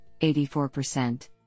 84%